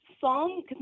song